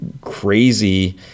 crazy